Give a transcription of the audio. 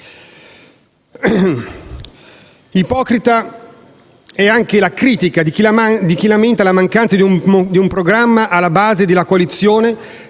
Ipocrita è anche la critica di chi lamenta la mancanza di un programma alla base della coalizione,